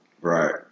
Right